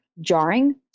jarring